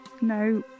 no